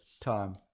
time